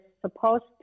supposed